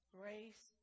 grace